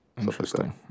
interesting